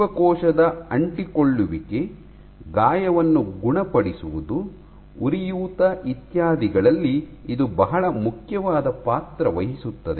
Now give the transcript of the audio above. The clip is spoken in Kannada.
ಜೀವಕೋಶದ ಅಂಟಿಕೊಳ್ಳುವಿಕೆ ಗಾಯವನ್ನು ಗುಣಪಡಿಸುವುದು ಉರಿಯೂತ ಇತ್ಯಾದಿಗಳಲ್ಲಿ ಇದು ಬಹಳ ಮುಖ್ಯವಾದ ಪಾತ್ರ ವಹಿಸುತ್ತದೆ